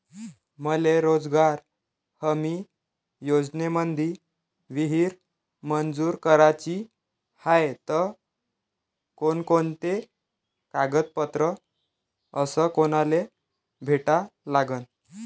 मले रोजगार हमी योजनेमंदी विहीर मंजूर कराची हाये त कोनकोनते कागदपत्र अस कोनाले भेटा लागन?